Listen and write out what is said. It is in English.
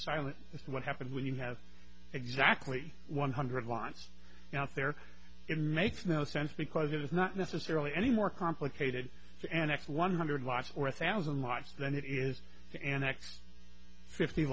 silent what happens when you have exactly one hundred wants out there in makes no sense because it is not necessarily any more complicated and x one hundred watts or thousand much than it is to an x fifty